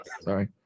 sorry